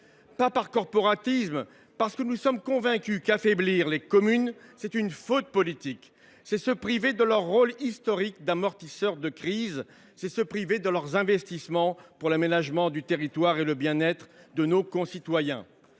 pas par corporatisme, mais parce que nous sommes convaincus qu’affaiblir les communes est une faute politique. C’est se priver de leur rôle historique d’amortisseur de crise. C’est se priver de leurs investissements pour l’aménagement du territoire et le bien être de nos concitoyens.